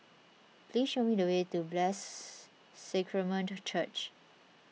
please show me the way to Blessed Sacrament Church